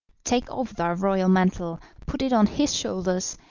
take off thy royal mantle, put it on his shoulders,